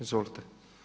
Izvolite.